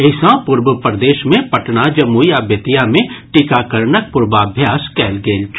एहि सँ पूर्व प्रदेश मे पटना जमुई आ बेतिया मे टीकाकरणक पूर्वाभ्यास कयल गेल छल